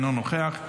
אינו נוכח,